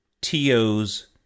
TOs